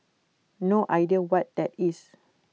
no idea what that is